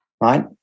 right